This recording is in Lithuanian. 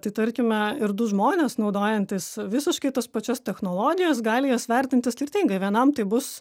tai tarkime ir du žmonės naudojantys visiškai tas pačias technologijas gali jas vertinti skirtingai vienam tai bus